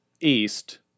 East